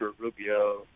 Rubio